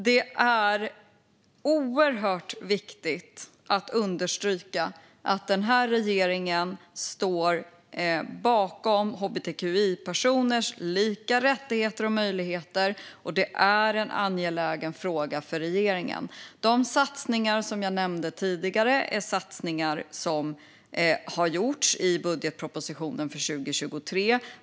Det är oerhört viktigt att understryka att denna regering står bakom hbtqi-personers lika rättigheter och möjligheter, och det är en angelägen fråga för regeringen. De satsningar som jag nämnde tidigare är satsningar som har gjorts i budgetpropositionen för 2023.